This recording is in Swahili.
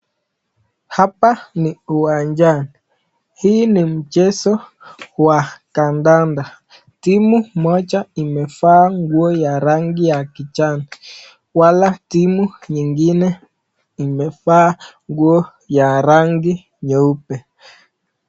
Hapa ni uwanjani. Hii ni mchezo wa kandanda. Timu moja imevaa nguo ya rangi ya kijani, wala timu nyingine imevaa nguo ya rangi nyeupe.